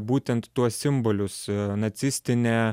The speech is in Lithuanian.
būtent tuos simbolius nacistine